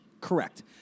Correct